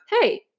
Hey